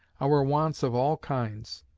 our wants of all kinds,